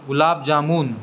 gulab jamun